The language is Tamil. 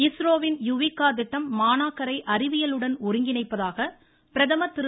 இஸ்ரோவின் யுவிகா திட்டம் மாணாக்கரை அறிவியலுடன் ஒருங்கிணைப்பதாக பிரதமர் திரு